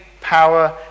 power